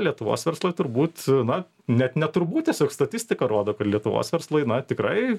lietuvos verslai turbūt na net ne turbūt tiesiog statistika rodo kad lietuvos verslai na tikrai